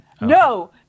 No